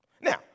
Now